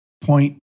point